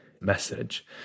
message